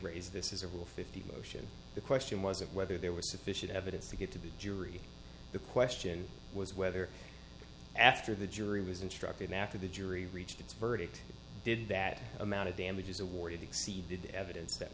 raise this is a rule fifty motion the question wasn't whether there was sufficient evidence to get to the jury the question was whether after the jury was instructed after the jury reached its verdict did that amount of damages awarded exceeded evidence that